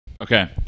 okay